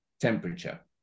temperature